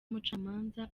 umucamanza